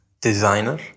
designer